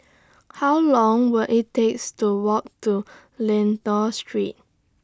How Long Will IT takes to Walk to Lentor Street